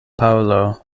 paŭlo